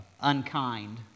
unkind